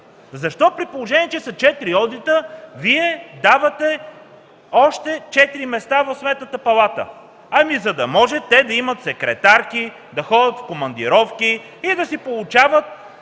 Защо, при положение че има четири одита, Вие давате още четири места в Сметната палата? Ами, за да може те да имат секретарки, да ходят в командировки и да получават